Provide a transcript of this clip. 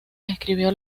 escribió